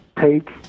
take